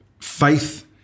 faith